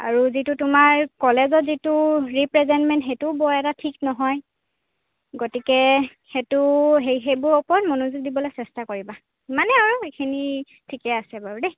আৰু যিটো তোমাৰ কলেজৰ যিটো ৰীপ্ৰেজেণ্টমেণ্ট সেইটোও বৰ এটা ঠিক নহয় গতিকে সেইটো সেই সেইবোৰৰ ওপৰত মনোযোগ দিবলৈ চেষ্টা কৰিবা সিমানেই আৰু এইখিনি ঠিকে আছে বাৰু দেই